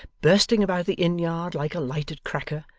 bursting about the inn-yard like a lighted cracker,